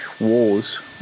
Wars